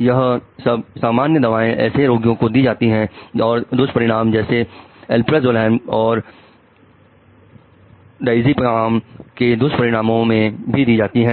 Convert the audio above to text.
यह सब सामान्य दवाएं ऐसे रोगियों को दी जाती हैं और दुष्परिणाम जैसे अल्प्राजोलम और क्यों नज़ीपम के दुष्परिणामों में भी दी जाती हैं